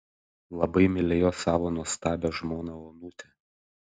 labai mylėjo savo nuostabią žmoną onutę